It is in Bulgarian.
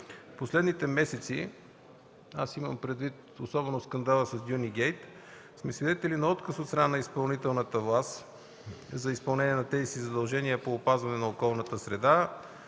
последните месеци – имам предвид особено скандала с „Дюнигейт”, сме свидетели на отказ от страна на изпълнителната власт за изпълнение на тези си задължения по опазване на околната среда